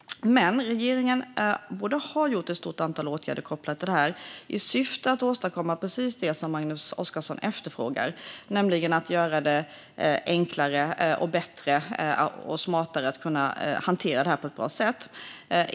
Men regeringen har vidtagit ett stort antal åtgärder kopplade till detta i syfte att åstadkomma precis det som Magnus Oscarsson efterfrågar, nämligen att göra det enklare, bättre och smartare så att detta kan hanteras på ett bra sätt.